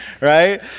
right